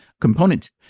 component